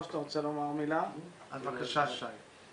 בבקשה, שי.